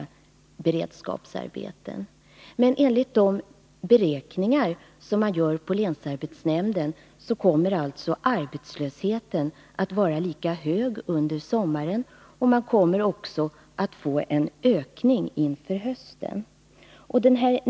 Enligt länsarbetsnämndens beräkningar kommer arbetslösheten under sommaren att vara lika hög som f. n., och den kommer att öka till hösten.